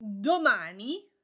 domani